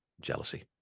Jealousy